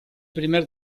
primer